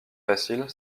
facile